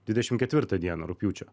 dvidešim ketvirtą dieną rugpjūčio